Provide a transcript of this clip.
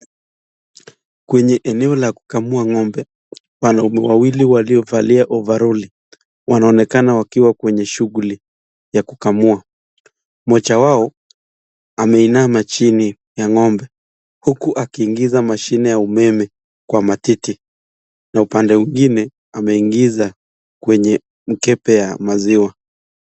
Kwenye eneo la kukamua ng'ombe wanaume wawili waliovalia ovaroli wanaonekana wakiwa kwenye shughuli ya kukamua mmoja wao ameinama chini ya ng'ombe huku akiingiza mashine ya umeme kwa matiti na upande mwingine ameingiza kwenye mkebe wa maziwa.